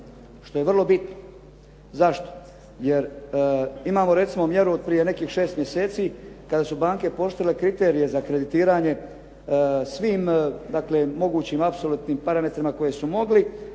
što je vrlo bitno. Zašto? Jer imamo recimo mjeru od prije nekih 6 mjeseci kada su banke pooštrile kriterije za kreditiranje svim mogućim apsolutnim parametrima koje su mogli,